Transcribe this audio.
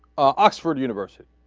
oxford university